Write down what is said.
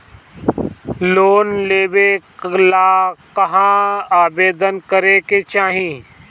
Loan लेवे ला कहाँ आवेदन करे के चाही?